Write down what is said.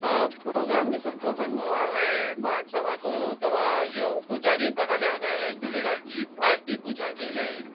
हा प्रोग्राम बि सुठो करणो आहे ऐं मां चवां थो तव्हां इहो पूजारीअ सां ॻाल्हायो न झूलेलाल जी आरती पूजा जे लाइ